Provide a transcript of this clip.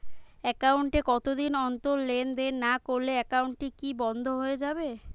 Account এ কতদিন অন্তর লেনদেন না করলে একাউন্টটি কি বন্ধ হয়ে যাবে?